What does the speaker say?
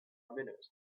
minute